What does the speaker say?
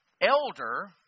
elder